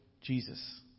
Jesus